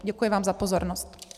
Děkuji vám za pozornost.